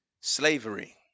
slavery